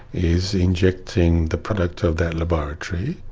is injecting the product of that laboratory,